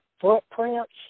footprints